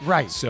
Right